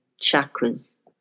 chakras